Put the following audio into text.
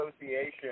association